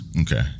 Okay